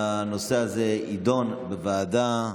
הנושא הזה יידון בוועדה.